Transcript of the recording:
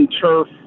turf